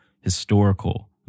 historical